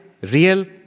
real